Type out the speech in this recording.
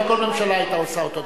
אבל כל ממשלה היתה עושה אותו הדבר,